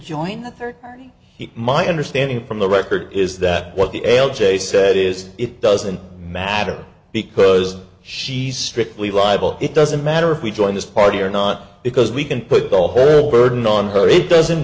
join the third party my understanding from the record is that what the l j said is it doesn't matter because she's strictly libel it doesn't matter if we join this party or not because we can put all her burden on her it doesn't